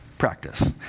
practice